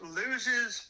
loses